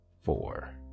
Four